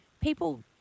people